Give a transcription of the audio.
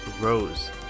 Rose